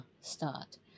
start